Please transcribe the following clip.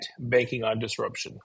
BankingOnDisruption